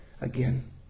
again